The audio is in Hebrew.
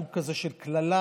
סוג כזה של קללה,